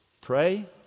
Pray